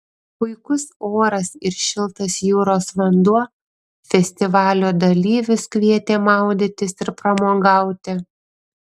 puikus oras ir šiltas jūros vanduo festivalio dalyvius kvietė maudytis ir pramogauti